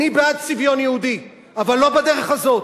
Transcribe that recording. אני בעד צביון יהודי, אבל לא בדרך הזאת.